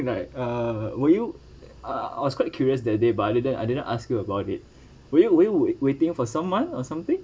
and like uh were you uh I was quite curious that day but I didn't I didn't ask you about it were you were you waiting for someone or something